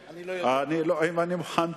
נדמה לי, אני לא יודע.